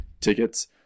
tickets